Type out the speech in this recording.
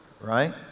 right